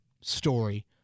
story